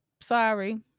Sorry